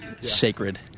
sacred